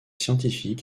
scientifiques